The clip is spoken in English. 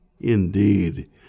Indeed